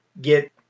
get